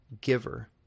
giver